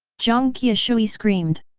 jiang qiushui screamed.